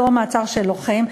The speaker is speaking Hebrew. אותו מעצר של לוחם.